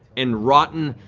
and rotten,